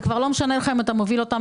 זה כבר לא משנה לך אם אתה מוביל אותם